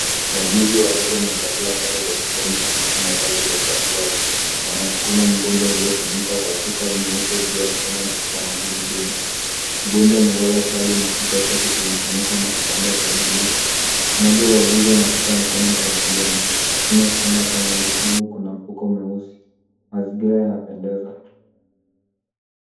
Wauguzi watatu wamevalia sare za kijani kibichi na vazi la upasuaji, wanasukuma mgonjwa aliyefunikwa kwa shuka nyeupe, juu ya kitanda cha magurudumu. Mgonjwa amelala chali na kichwa chake kimefunikwa na kitambaa cha buluu. Mmoja wa wauguzi anashika mkono wa mgonjwa, chini ya kitanda cha magurudumu, kuna mfuko mweusi. Mazingira yanapendeza.